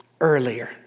earlier